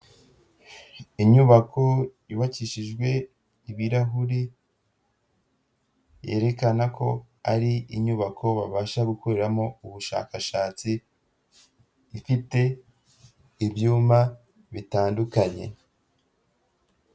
Inyubako yubakishijwe ibirahuri, yerekana ko ari inyubako babasha gukoreramo ubushakashatsi ifite ibyumba bitandukanye.